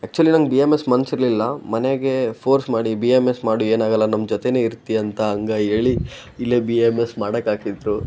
actually ನಂಗೆ B M S ಮನ್ಸಿರಲಿಲ್ಲ ಮನೆಯಾಗೇ ಫೋರ್ಸ್ ಮಾಡಿ ಬಿ ಎಂ ಎಸ್ ಮಾಡು ಏನಾಗಲ್ಲ ನಮ್ಮ ಜೊತೆನೇ ಇರ್ತಿ ಅಂತ ಹಂಗೆ ಹೇಳಿ ಇಲ್ಲೇ ಬಿ ಎಂ ಎಸ್ ಮಾಡಕೆ ಹಾಕಿದ್ರು